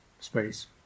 Space